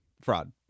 Fraud